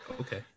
okay